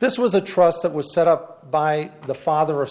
this was a trust that was set up by the father of